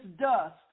dust